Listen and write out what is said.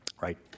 Right